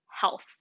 health